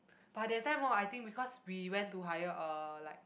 but the time hor I think because we went to hire uh like